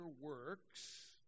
works